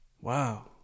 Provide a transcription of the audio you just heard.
Wow